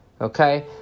Okay